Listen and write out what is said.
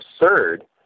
absurd